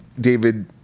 David